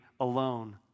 alone